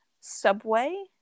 subway